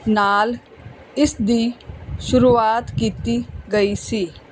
ਨਾਲ ਇਸਦੀ ਸ਼ੁਰੂਆਤ ਕੀਤੀ ਗਈ ਸੀ